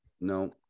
No